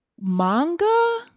manga